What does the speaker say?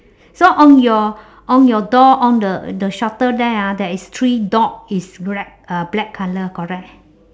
so on your on your door on the the shutter there ah there is three dog is black uh black colour correct